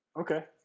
Okay